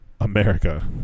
America